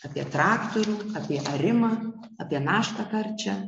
apie traktorių apie arimą apie naštą karčią